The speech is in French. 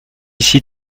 ici